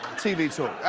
tv talk.